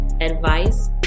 advice